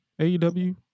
AEW